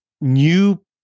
new